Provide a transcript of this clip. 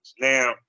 Now